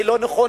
זה לא נכון.